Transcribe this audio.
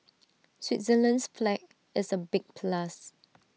Switzerland's flag is A big plus